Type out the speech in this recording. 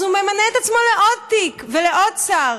הוא ממנה את עצמו לעוד תיק ולעוד שר.